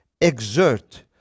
exert